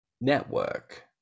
network